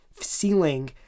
ceiling